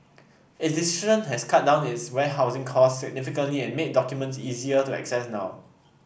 its decision has cut down its warehousing costs significantly and made documents easier to access now